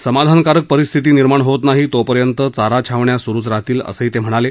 समाधानकारक परिस्थिती निर्माण होत नाही तोपर्यंत चारा छावण्या स्रू राहतील असं ते म्हणाले